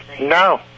No